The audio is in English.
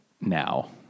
now